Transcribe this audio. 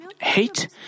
hate